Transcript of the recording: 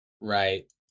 Right